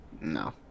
No